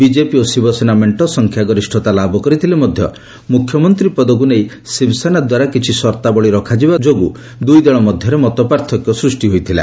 BJP ଓ ଶିବସେନା ମେଣ୍ଟ ସଂଖ୍ୟାଗରିଷତା ଲାଭ କରିଥିଲେ ମଧ୍ୟ ମୁଖ୍ୟମନ୍ତ୍ରୀ ପଦକୁ ନେଇ ଶିବସେନା ଦ୍ୱାରା କିଛି ସର୍ତ୍ତାବଳୀ ରଖାଯିବା ଯୋଗୁଁ ଦୁଇଦଳ ମଧ୍ୟରେ ମତପାର୍ଥକ୍ୟ ସୃଷ୍ଟି ହୋଇଥିଲା